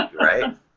right